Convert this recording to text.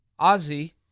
Ozzy